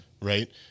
right